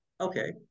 Okay